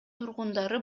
тургундары